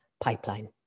pipeline